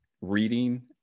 reading